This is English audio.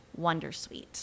Wondersuite